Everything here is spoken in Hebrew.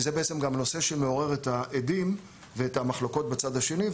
זה בעצם גם הנושא שמעורר את ההדים ואת המחלוקות בצד השני.